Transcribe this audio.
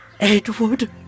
Edward